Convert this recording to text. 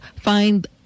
find